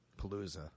Palooza